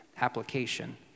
application